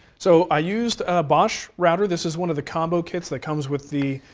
so, i used a bosch router. this is one of the combo kits that comes with the